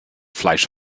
fleisch